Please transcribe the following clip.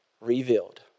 revealed